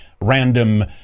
random